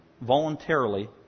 voluntarily